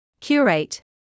Curate